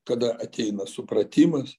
kada ateina supratimas